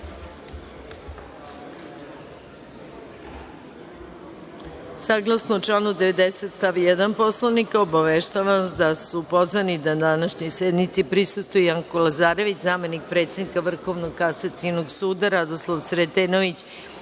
redu. Saglasno članu 90. stav 1. Poslovnika, obaveštavam vas da su pozvani da današnjoj sednici prisustvuju Janko Lazarević, zamenik predsednika Vrhovnog kasacionog suda, Radoslav Sretenović,